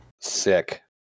Sick